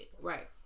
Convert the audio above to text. Right